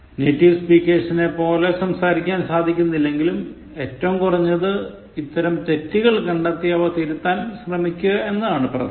native സ്പിക്കെഴ്സിനെപ്പോല സംസാരിക്കാന് സാധിക്കുന്നില്ലെങ്കിലും ഏറ്റം കുറഞ്ഞത് ഇത്തരം തെറ്റുകൾ കണ്ടെത്തി അവ തിരുത്താൻ ശ്രമിക്കുക എന്നതാണ് പ്രധാനം